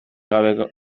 gabe